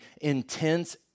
intense